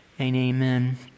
Amen